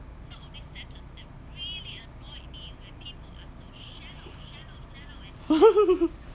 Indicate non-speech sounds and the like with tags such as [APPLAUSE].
[LAUGHS]